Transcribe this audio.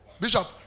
Bishop